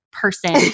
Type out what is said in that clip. person